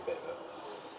bad lah